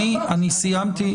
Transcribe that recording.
אדוני, אני סיימתי.